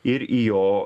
ir į jo